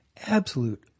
absolute